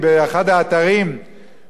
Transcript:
שצריך להוציא להם את העיניים,